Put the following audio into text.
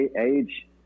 age